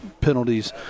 penalties